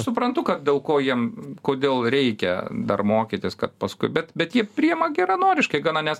suprantu kad dėl ko jiem kodėl reikia dar mokytis kad paskubėt bet jie priema geranoriškai gana nes